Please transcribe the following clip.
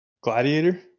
Gladiator